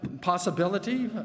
possibility